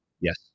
Yes